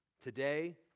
Today